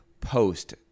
post